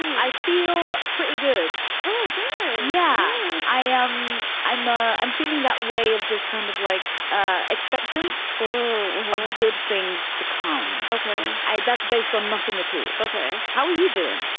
i feel pretty good. oh, good yeah, i am. i'm. ah i'm feeling that way of just kind of like ah expectant um good things to come. ok. that's based on nothing at all. ok. how are you doing?